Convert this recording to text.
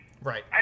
Right